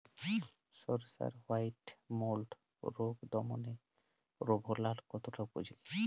সরিষার white mould রোগ দমনে রোভরাল কতটা উপযোগী?